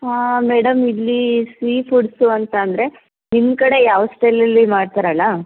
madam ಇಲ್ಲಿ sea foods ಅಂತಂದರೆ ನಿಮ್ಮ ಕಡೆ ಯಾವ ಸ್ಟೈಲಲ್ಲಿ ಮಾಡ್ತಾರಲ್ಲ